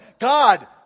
God